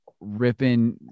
ripping